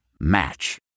Match